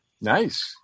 Nice